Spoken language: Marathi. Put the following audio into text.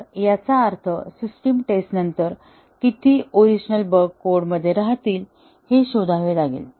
तर याचा अर्थ सिस्टम टेस्टनंतर किती ओरिजिनल बग कोडमध्ये राहतील हे शोधावे लागेल